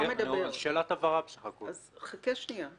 חכה שנייה.